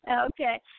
Okay